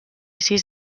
sis